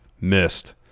Missed